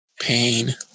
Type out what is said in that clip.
pain